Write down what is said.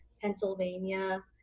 Pennsylvania